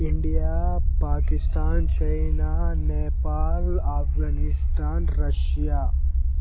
India Pakistan China Nepal Afghanistan Russia